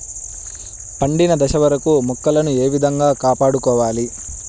పండిన దశ వరకు మొక్కలను ఏ విధంగా కాపాడుకోవాలి?